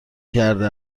کرده